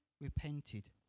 repented